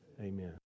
amen